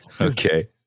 Okay